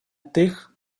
тих